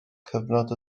cyfnod